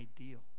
ideal